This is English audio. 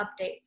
updates